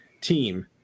team